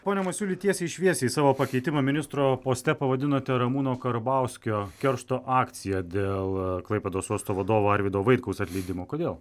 pone masiuli tiesiai šviesiai savo pakeitimą ministro poste pavadinote ramūno karbauskio keršto akcija dėl klaipėdos uosto vadovo arvydo vaitkaus atleidimo kodėl